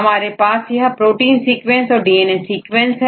अब हमारे पास यह प्रोटीन सीक्वेंस और डीएनए सीक्वेंस है